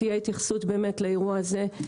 מפגישה עם הלולנים וביקשתי שתהיה התייחסות לאירוע הזה.